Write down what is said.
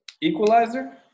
Equalizer